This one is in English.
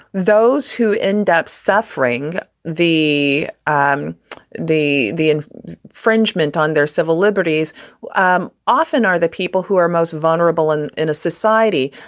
those who end up suffering the um the the fringe mint on their civil liberties um often are the people who are most. vulnerable and in a society,